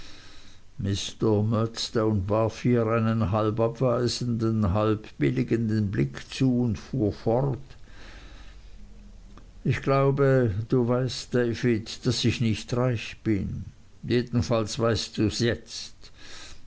einen halb abweisenden halb billigenden blick zu und fuhr fort ich glaube du weißt david daß ich nicht reich bin jedenfalls weißt dus jetzt